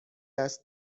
است